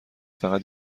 فقط